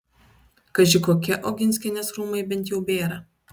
kaži kokie oginskienės rūmai bent jau bėra